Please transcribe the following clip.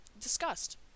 discussed